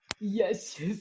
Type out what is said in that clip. yes